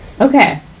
Okay